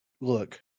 look